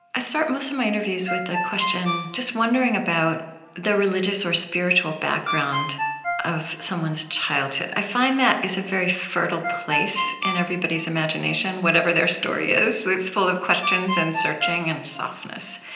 i start most of my interviews with a question, just wondering about the religious or spiritual background of someone's childhood. i find that is a very fertile place in everybody's imagination, whatever their story is it's full of questions and searching and softness.